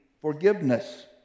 forgiveness